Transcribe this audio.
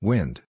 Wind